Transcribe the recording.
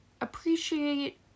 appreciate